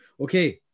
Okay